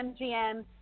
MGM